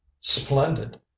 splendid